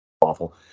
awful